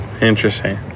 interesting